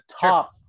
top